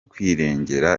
kwirengera